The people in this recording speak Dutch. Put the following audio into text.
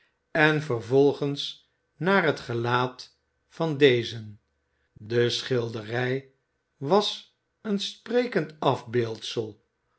en vervolgens naar het gelaat van dezen de schilderij was zijn sprekend afbeeldsel